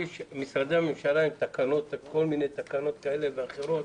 כי משרדי הממשלה עם כל מיני תקנות כאלה ואחרות,